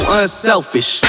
unselfish